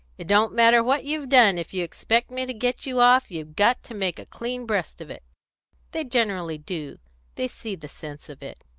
it don't matter what you've done if you expect me to get you off, you've got to make a clean breast of it they generally do they see the sense of it.